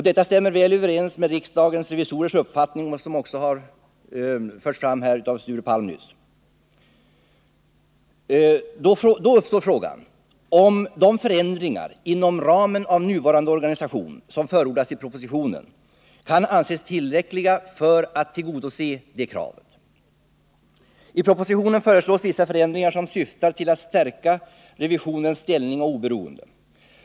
Detta stämmer väl överens med riksdagens revisorers uppfattning, som också förts fram av Sture Palm. Då uppstår frågan om de förändringar inom ramen för nuvarande organisation vilka förordas i propositionen kan anses tillräckliga för att tillgodose detta krav. I propositionen föreslås vissa förändringar som syftar till att stärka revisionens ställning och oberoende.